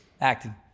Acting